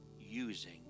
using